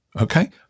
okay